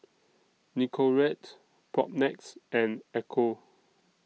Nicorette Propnex and Ecco